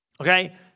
Okay